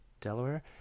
Delaware